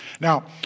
Now